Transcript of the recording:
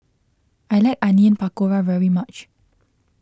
I like Onion Pakora very much